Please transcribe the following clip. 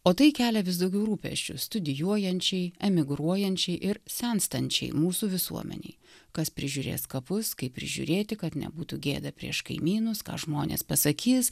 o tai kelia vis daugiau rūpesčių studijuojančiai emigruojančiai ir senstančiai mūsų visuomenei kas prižiūrės kapus kaip prižiūrėti kad nebūtų gėda prieš kaimynus ką žmonės pasakys